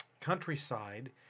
countryside